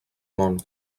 món